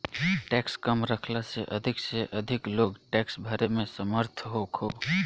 tax कम रखला से अधिक से अधिक लोग टैक्स भरे में समर्थ होखो